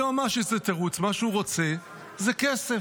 היום מה שהוא עושה זה תירוץ, מה שהוא רוצה זה כסף,